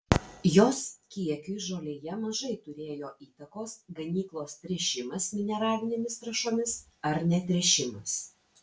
jos kiekiui žolėje mažai turėjo įtakos ganyklos tręšimas mineralinėmis trąšomis ar netręšimas